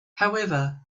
however